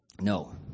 no